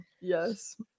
Yes